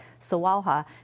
Sawalha